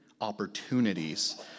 opportunities